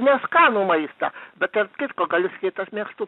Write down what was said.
neskanų maistą bet tarp kitko galiu sakyt aš mėgstu